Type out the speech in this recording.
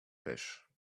pêchent